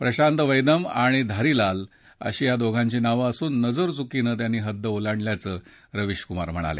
प्रशांत वैंदम आणि धारिलाल अशी या दोघांची नावं असून नजरचुकीनं त्यांनी हद्द ओलांडल्याचं रविश कुमार म्हणाले